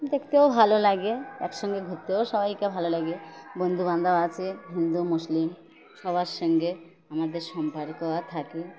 দেখতেও ভালো লাগে একসঙ্গে ঘুরতেও সবাইকে ভালো লাগে বন্ধুবান্ধব আছে হিন্দু মুসলিম সবার সঙ্গে আমাদের সম্পর্ক থাকে